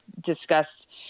discussed